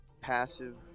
passive